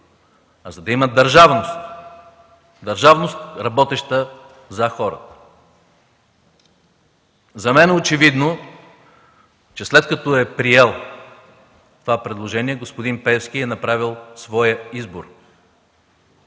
държавност, държавност, работеща за хората. За мен е очевидно, след като е приел това предложение, господин Пеевски е направил своя избор.